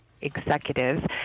executives